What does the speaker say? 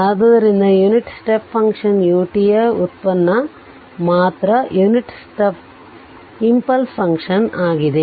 ಆದ್ದರಿಂದ unit step function ut ಯ ವ್ಯುತ್ಪನ್ನ ಮಾತ್ರ ಯುನಿಟ್ ಇಂಪಲ್ಸ್ ಫಂಕ್ಷನ್ ಆಗಿದೆ